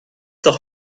doch